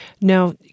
Now